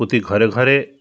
প্রতি ঘরে ঘরে